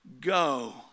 go